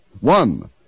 One